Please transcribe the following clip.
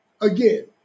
Again